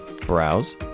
Browse